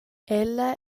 ella